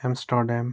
Amsterdam